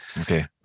Okay